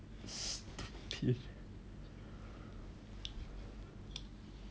stupid